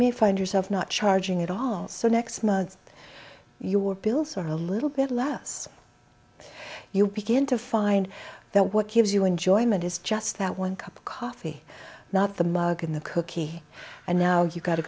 may find yourself not charging at all so next month your bills are a little bit less you begin to find that what gives you enjoyment is just that one cup of coffee not the mug in the cookie and now you've got to